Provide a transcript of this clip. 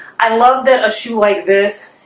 i love that a shoe like this